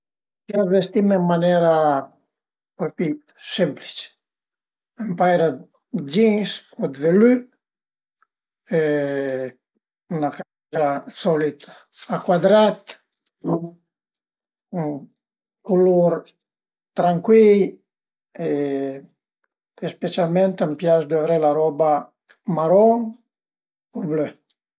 A m'pias vestime ën manera propi semplice, ën paira dë jeans o velü 'na camiza d'solit a cuadrèt, culur trancui-i e specialment a m'pias duvrè la roba maron o blö